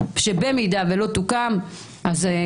אני קוראת: אם לא תוקם ועדה,